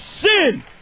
sin